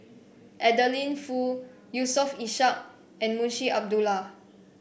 Adeline Foo Yusof Ishak and Munshi Abdullah